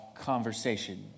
conversation